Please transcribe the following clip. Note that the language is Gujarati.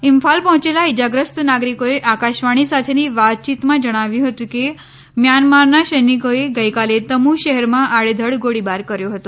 ઈમ્ફાલ પહોંચેલાં ઈજાગ્રસ્ત નાગરીકોએ આકાશવાણી સાથેની વાતચીતમાં જણાવ્યુ હતુ કે મ્યાંનમારનાં સૈનિકોએ ગઈકાલે તમુ શહેરમાં આડેધડ ગોળીબાર કર્યો હતો